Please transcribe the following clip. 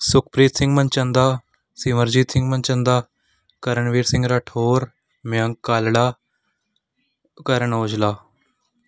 Sukhpreet Singh Manchanda Simarjeet Singh Manchanda Karanveer Singh Rathore Mayank Kalra Karan Aujla